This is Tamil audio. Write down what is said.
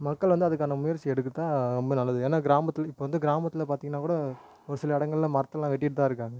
மக்கள் வந்து அதுக்கான முயற்சி எடுக்கிறது தான் ரொம்ப நல்லது ஏன்னா கிராமத்தில் இப்போ வந்து கிராமத்தில் பார்த்திங்கன்னாக் கூட ஒரு சில இடங்கள்லலாம் மரத்தயெலாம் வெட்டிகிட்டுதான் இருக்காங்க